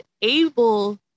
able